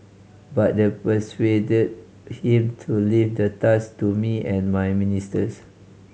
but that persuaded him to leave the task to me and my ministers